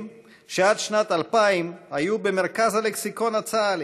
שעד שנת 2000 היו במרכז הלקסיקון הצה"לי,